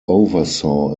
oversaw